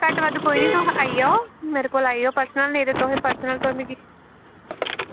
घट्ट बद्ध कोई निं तुस आई जाओ मेरे कोल आई जाओ पर्सनल नेईं ते तुसें पर्सनल ते मिगी